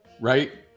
right